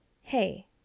hey